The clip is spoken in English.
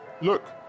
Look